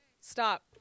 stop